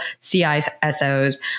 CISOs